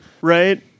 Right